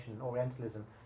orientalism